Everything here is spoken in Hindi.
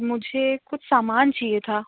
मुझे कुछ सामान चाहिए था